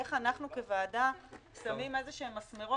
איך אנחנו כוועדה שמים מסמרות,